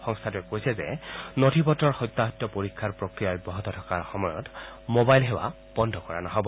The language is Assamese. সংস্থাটোৱে কৈছে যে নথি পত্ৰৰ সত্যাসত্য পৰীক্ষাৰ প্ৰক্ৰিয়া অব্যাহত থকাৰ সময়ত ম'বাইল সেৱা বন্ধ কৰা নহয়